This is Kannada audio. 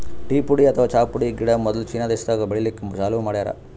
ಟೀ ಪುಡಿ ಅಥವಾ ಚಾ ಪುಡಿ ಗಿಡ ಮೊದ್ಲ ಚೀನಾ ದೇಶಾದಾಗ್ ಬೆಳಿಲಿಕ್ಕ್ ಚಾಲೂ ಮಾಡ್ಯಾರ್